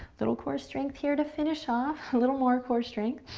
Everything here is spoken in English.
little core strength here to finish off, a little more core strength.